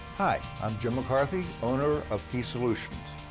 hi. i'm jim mccarthy, owner of key solutions.